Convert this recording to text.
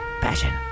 passion